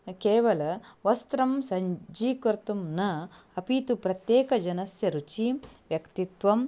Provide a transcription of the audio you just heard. केवल वस्त्रं सज्जीकर्तुं न अपि तु प्रत्येकजनस्य रुचिं व्यक्तित्वम्